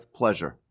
pleasure